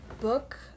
book